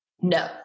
No